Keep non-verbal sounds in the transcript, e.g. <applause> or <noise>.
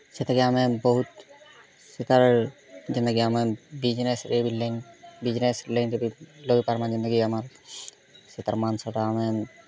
ସେତିକେ ଆମେ ବହୁତ ସେତାର୍ ଯେନ୍ତା କି ଆମର୍ ବିଜନେସ୍ ରେଭିଲିଙ୍ଗ ବିଜନେସ୍ <unintelligible> ଯେନ୍ତା କି ଆମର୍ ସେଇଟା ତ ମାଂସ ଟା ଆମେ